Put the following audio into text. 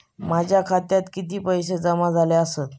माझ्या खात्यात किती पैसे जमा झाले आसत?